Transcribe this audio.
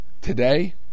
Today